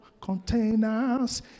containers